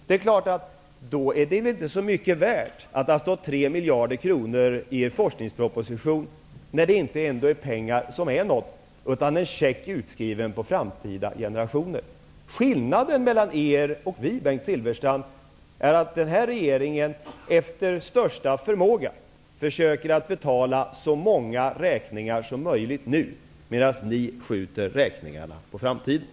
Det är klart att det inte är så mycket värt att det har stått 3 miljarder kronor i en forskningsproposition när det inte är fråga om verkliga pengar utan om en check utskriven på framtida generationer. Skillnaden mellan er och oss, Bengt Silfverstrand, är att den här regeringen försöker att betala så många räkningar som möjligt nu, medan ni skjuter det på framtiden.